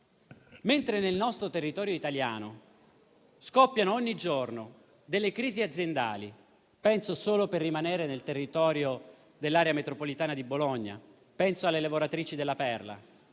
*asset.* Sul nostro territorio italiano scoppiano ogni giorno delle crisi aziendali: solo per rimanere nel territorio dell'area metropolitana di Bologna, penso alle lavoratrici de La Perla